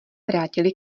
vrátily